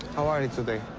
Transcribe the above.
how are you today?